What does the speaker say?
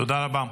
תודה רבה.